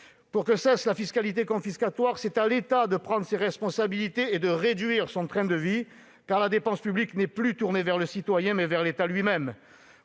Pour que cesse la fiscalité confiscatoire, c'est à l'État de prendre ses responsabilités et de réduire son train de vie, car la dépense publique est tournée, non plus vers le citoyen, mais vers l'État lui-même.